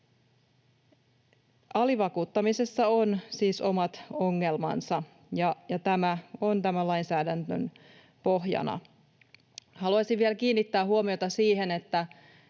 Alivakuuttamisessa on siis omat ongelmansa, ja tämä on tämän lainsäädännön pohjana. Haluaisin vielä kiinnittää huomiota siihen,